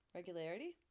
regularity